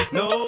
no